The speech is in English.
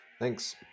Thanks